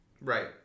Right